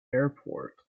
airport